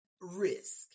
risk